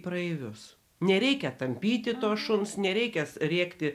praeivius nereikia tampyti to šuns nereikia rėkti